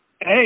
Hey